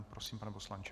Prosím, pane poslanče.